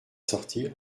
sortir